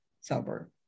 sober